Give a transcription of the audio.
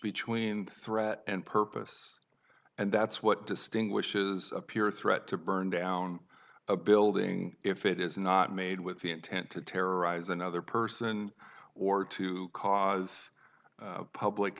between threat and purpose and that's what distinguishes a pure threat to burn down a building if it is not made with the intent to terrorize another person or to cause public